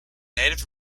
native